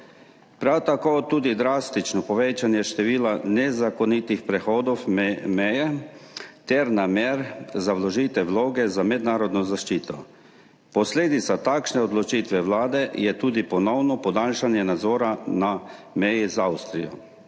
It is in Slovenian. prav tako tudi drastično povečanje števila nezakonitih prehodov meje ter namer za vložitev vloge za mednarodno zaščito. Posledica takšne odločitve Vlade je tudi ponovno podaljšanje nadzora na meji z Avstrijo.